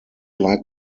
like